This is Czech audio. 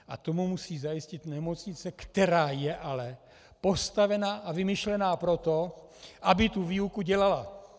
A to mu musí zajistit nemocnice, která je ale postavena a vymyšlena pro to, aby tu výuku dělala.